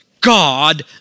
God